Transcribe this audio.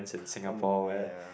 ya